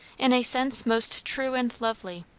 in a sense most true and lovely,